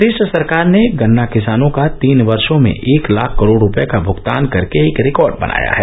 प्रदेश सरकार ने गन्ना किसानों का तीन वर्षो में एक लाख करोड़ रुपये का भुगतान करके एक रिकॉर्ड बनाया है